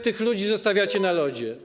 tych ludzi zostawiacie na lodzie.